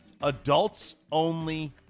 adults-only